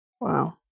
Wow